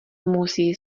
musí